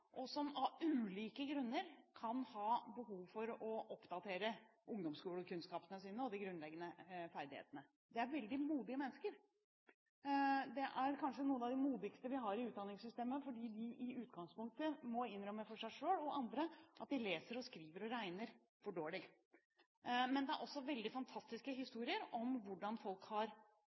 og som av ulike grunner kan ha behov for å oppdatere ungdomsskolekunnskapene sine og de grunnleggende ferdighetene. Det er veldig modige mennesker, de er kanskje noen av det modigste vi har i utdanningssystemet, fordi de i utgangspunktet må innrømme for seg selv og andre at de leser, skriver og regner for dårlig. Men det er også veldig fantastiske historier,